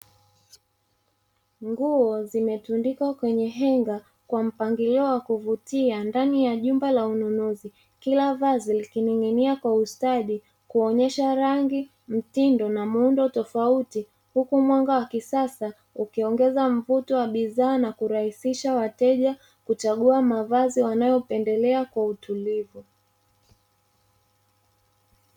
Nguo zimetundikwa kwenye henga kwa mpangilio wa kuvutia ndani ya jumba la ununuzi, kila vazi likining'inia kwa ustadi kuonyesha rangi, mitindo na muundo tofauti; huku mwanga wa kisasa ukiongeza mvuto wa bidhaa na kurahisisha wateja kuchagua mavazi wanayopendelea kwa utulivu.